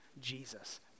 Jesus